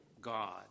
God